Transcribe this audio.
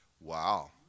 Wow